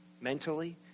mentally